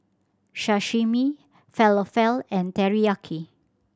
Sashimi Falafel and Teriyaki